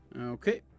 Okay